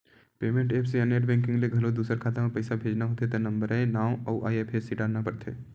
payment apps या net banking ले घलो दूसर खाता म पइसा भेजना होथे त नंबरए नांव अउ आई.एफ.एस.सी डारना परथे